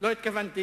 התכוונתי